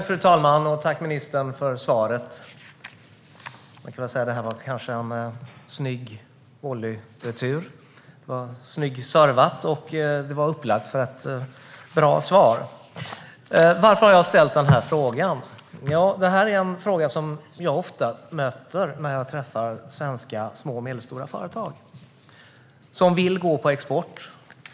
Fru talman! Tack, ministern, för svaret! Det var en snygg volleyretur på en snygg serve, kanske som upplagt för ett bra svar. Varför har jag ställt den här frågan? Det här är en fråga som jag ofta möter när jag träffar svenska små och medelstora företag som vill gå på export.